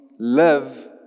live